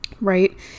right